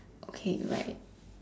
okay right